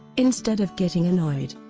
instead of getting annoyed,